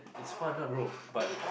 is fun lah bro